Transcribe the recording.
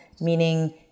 meaning